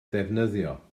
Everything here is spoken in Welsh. ddefnyddio